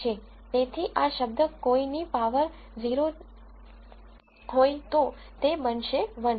તેથી આ શબ્દ કોઈ ની પાવર 0 હોય તો તે બનશે 1